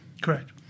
correct